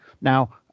Now